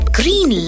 green